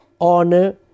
honor